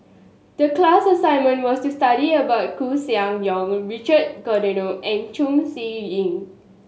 the class assignment was to study about Koeh Sia Yong Richard Corridon and Chong Siew Ying